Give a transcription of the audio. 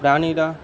প্রাণীরা